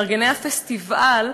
מארגני הפסטיבל,